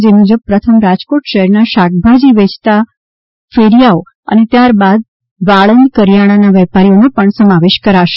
જે મુજબ પ્રથમ રાજકોટ શહેરના શાકભાજી વેચતા કેરિયાઓ અને ત્યારબાદ વાળંદ કરિયાણાના વેપારીઓનો પણ સમાવેશ કરાશે